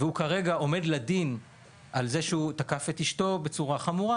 שהוא כרגע עומד לדין על זה שהוא תקף את אשתו בצורה חמורה